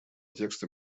текста